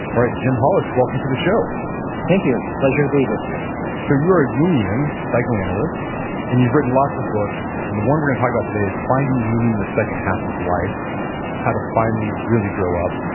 right, jim hollis, welcome to the show thank you, it's a pleasure to be with you so, you're a jungian psychoanalyst and you've written lots of books, and the one we're gonna talk about today, it's finding meaning in the second half of life how to finally really grow up.